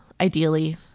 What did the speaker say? ideally